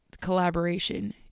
collaboration